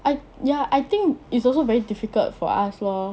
I ya I think it's also very difficult for us lor